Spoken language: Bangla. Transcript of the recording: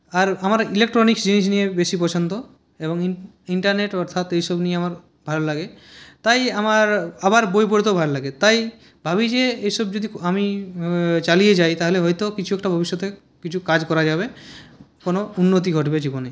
আর আমার ইলেকট্রনিক্স জিনিস নিয়ে বেশি পছন্দ এবং ইন্টারনেট অর্থাৎ এইসব নিয়ে আমার ভালো লাগে তাই আমার আবার বই পড়তেও ভাল লাগে তাই ভাবি যে এইসব যদি আমি চালিয়ে যাই তাহলে হয়তো কিছু একটা ভবিষ্যতে কিছু কাজ করা যাবে কোনো উন্নতি ঘটবে জীবনে